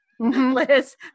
Liz